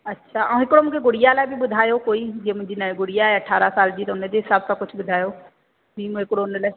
अछा ऐं हिकिड़ो मूंखे गुड़िया लाइ बि ॿुधायो कोई ॼीअं मुंहिंजी गुड़िया आहे अठारहं साल जी त हुनजे हिसाब सां कुझु ॿुधायो वीमो हिकिड़ो हुन लाइ